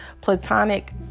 platonic